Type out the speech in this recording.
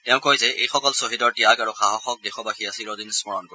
তেওঁ কয় যে এইসকল শ্বহীদৰ ত্যাগ আৰু সাহসক দেশবাসীয়ে চিৰদিন স্মৰণ কৰিব